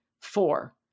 Four